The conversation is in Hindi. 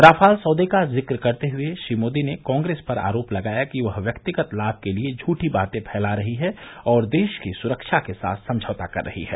राफाल सौदे का जिक्र करते हुए श्री मोदी ने कांग्रेस पर आरोप लगाया कि वह व्यक्तिगत लाभ के लिए झूठी बातें फैला रही है और देश की सुरक्षा के साथ समझौता कर रही है